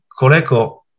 Coleco